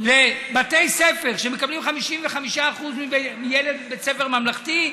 לבתי ספר שמקבלים 55% מלילד בבית ספר ממלכתי,